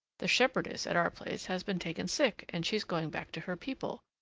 the shepherdess at our place has been taken sick and she's going back to her people,